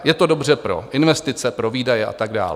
Je to dobře pro investice, pro výdaje a tak dále.